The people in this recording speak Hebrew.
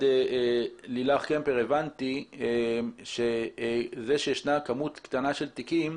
לילך קמפר הבנתי שזה שיש כמות קטנה של תיקים,